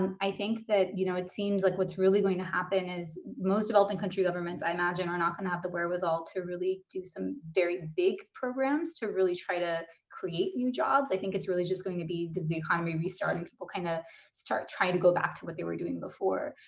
and i think that, you know it seems like what's really going to happen is, most developing countries governments, i imagine, are not gonna have the wherewithal to really do some very big programs to really try to create new jobs. i think it's really just going to be just the economy restarting people kind of start trying to go back to what they were doing before.